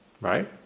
right